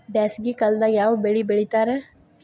ಬ್ಯಾಸಗಿ ಕಾಲದಾಗ ಯಾವ ಬೆಳಿ ಬೆಳಿತಾರ?